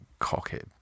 cockhead